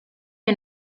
que